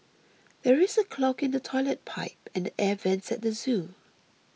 there is a clog in the Toilet Pipe and the Air Vents at the zoo